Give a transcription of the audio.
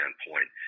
standpoint